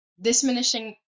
diminishing